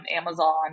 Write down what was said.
Amazon